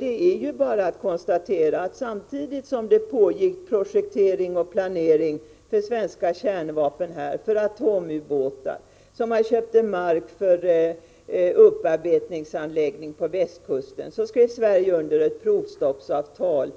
Det är ju bara att konstatera att det samtidigt som Sverige skrev under ett provstoppsavtal